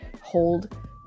hold